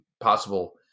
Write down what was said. possible